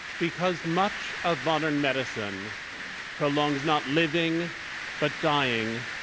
because much of modern medicine prolongs not living but dying,